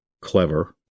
clever